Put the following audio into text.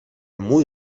muy